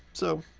so,